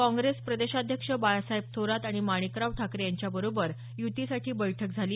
काँग्रेस प्रदेशाध्यक्ष बाळासाहेब थोरात आणि माणिकराव ठाकरे यांच्याबरोबर युतीसाठी बैठक झाली